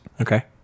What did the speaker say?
Okay